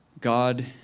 God